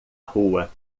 rua